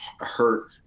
hurt